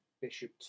Bishop